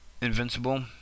invincible